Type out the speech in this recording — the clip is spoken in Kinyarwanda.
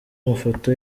amafoto